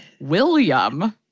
William